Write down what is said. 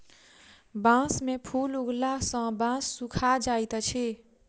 बांस में फूल उगला सॅ बांस सूखा जाइत अछि